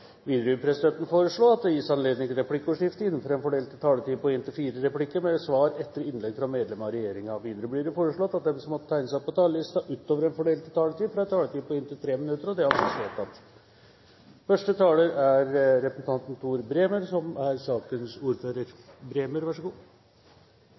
Videre vil presidenten foreslå at det gis anledning til replikkordskifte på inntil fem replikker med svar etter innlegg fra medlem av regjeringen innenfor den fordelte taletid. Videre blir det foreslått at de som måtte tegne seg på talerlisten utover den fordelte taletid, får en taletid på inntil 3 minutter. – Det anses vedtatt.